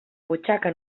butxaca